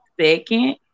second